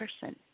person